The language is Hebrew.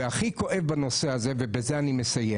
הכי כואב בנושא הזה ובזה אני מסיים